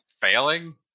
failing